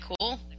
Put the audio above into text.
cool